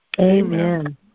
Amen